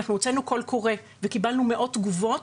אנחנו הוצאנו קול קורא וקיבלנו מאות תגובות,